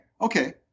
Okay